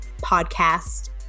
podcast